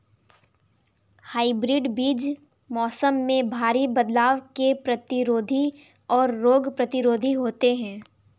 hybrid बीज मौसम में भारी बदलाव के प्रतिरोधी और रोग प्रतिरोधी होते हैं